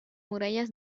murallas